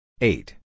eight